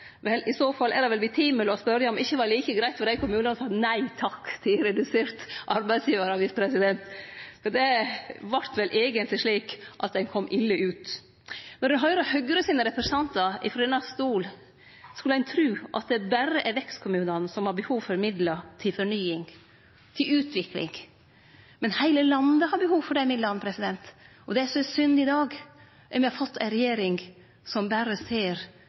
i innbyggjartilskotet og trekk i skjønnsramma? I så fall er det vel grunn til å spørje om det ikkje var like greitt for dei kommunane som sa nei takk til redusert arbeidsgivaravgift. Det vart vel eigentleg slik at ein kom ille ut. Når ein høyrer Høgre sine representantar frå denne talarstolen, skulle ein tru at det berre er vekstkommunane som har behov for midlar til fornying og til utvikling. Men heile landet har behov for desse midlane. Det som er synd i dag, er at me har fått ei regjering som berre ser